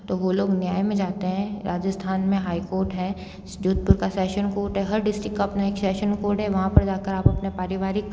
तो वो लोग न्याय में जाते है राजस्थान में हाईकोर्ट है जोधपुर का सेशन कोर्ट है हर डिस्ट्रिक्ट का अपना सेशन कोर्ट है वहाँ पर जाकर आप अपना पारिवारिक